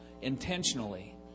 intentionally